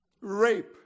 rape